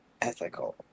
ethical